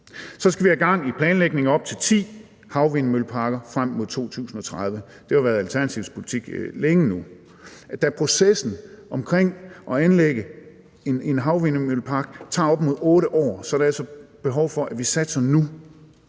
Så skal vi have gang i planlægningen af op til ti havvindmølleparker frem mod 2030. Det har nu længe været Alternativets politik. Da processen i forbindelse med at anlægge en havvindmøllepark tager op mod 8 år, er der altså behov for, at vi satser nu